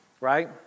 right